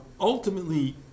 ultimately